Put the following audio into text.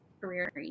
career